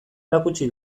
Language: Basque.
erakutsi